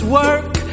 work